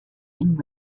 and